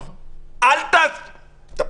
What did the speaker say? כי היום